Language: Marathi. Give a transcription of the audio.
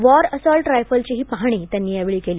वॉर असॉल्ट रायफलचीही पाहणी त्यांनी यावेळी केली